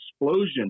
explosion